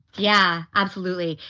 yeah, absolutely.